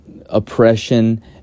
oppression